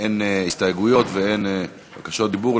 אין הסתייגויות ואין בקשות דיבור,